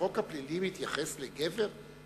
החוק הפלילי מתייחס לגבר?